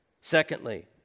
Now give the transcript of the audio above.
Secondly